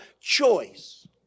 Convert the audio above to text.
choice